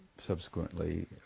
subsequently